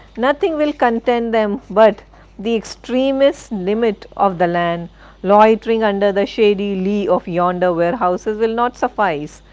nothing will content them but the extremist limit of the land loitering under the shady lee of yonder warehouses will not suffice.